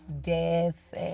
death